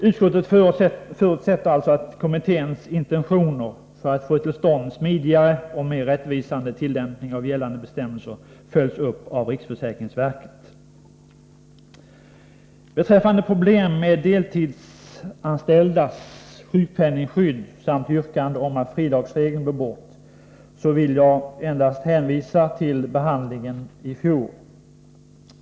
Utskottet förutsätter att kommitténs intentioner för att få till stånd smidigare och mer rättvisande tillämpning av gällande bestämmelser följs upp av riksförsäkringsverket. Beträffande problemen med deltidsanställdas sjukpenningskydd samt yrkande om att fridagsregeln bör tas bort vill jag endast hänvisa till behandlingen i fjol.